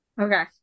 Okay